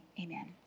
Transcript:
Amen